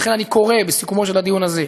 ולכן אני קורא, בסיכומו של הדיון הזה,